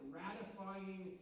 ratifying